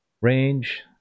range